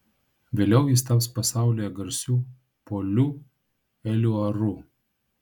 vėliau jis taps pasaulyje garsiu poliu eliuaru